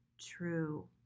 true